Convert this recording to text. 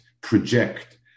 project